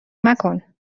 مکن